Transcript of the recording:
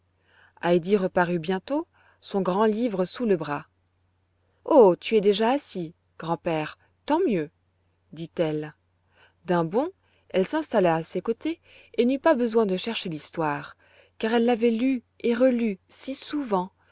heidi reparut bientôt son grand livre sous le bras oh tu es déjà assis grand-père tant mieux dit-elle d'un bond elle s'installa à ses côtés et n'eut pas besoin de chercher l'histoire car elle l'avait lue et relue si souvent